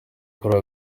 kuri